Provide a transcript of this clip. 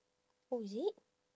oh is it